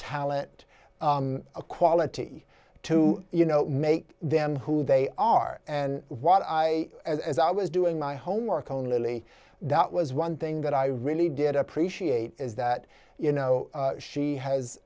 talent a quality to you know make them who they are and what i as i was doing my homework only that was one thing that i really did appreciate is that you know she has